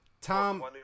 Tom